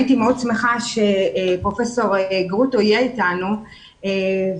הייתי מאוד שמחה שפרופ' גרוטו יהיה איתנו ויאמר